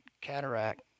Cataract